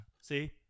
See